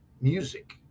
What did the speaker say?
music